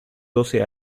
doce